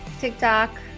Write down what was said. TikTok